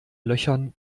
löchern